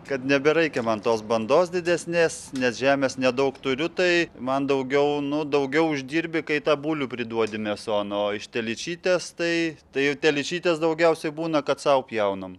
kad nebereikia man tos bandos didesnės nes žemės nedaug turiu tai man daugiau nu daugiau uždirbi kai tą bulių priduodi mėson o iš telyčytės tai tai telyčytės daugiausia būna kad sau pjaunam